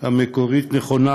המקורית נכונה